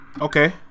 Okay